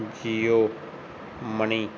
Jio money